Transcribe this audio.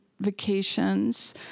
vacations